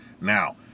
Now